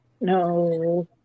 no